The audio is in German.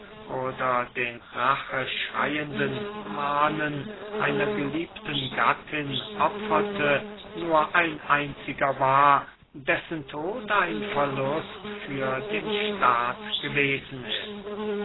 oder den racheschreyenden manen einer geliebten gattin opferte nur ein einziger war dessen tod ein verlust für den staat gewesen ist